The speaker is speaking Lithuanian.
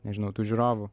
nežinau tų žiūrovų